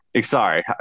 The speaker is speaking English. Sorry